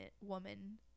woman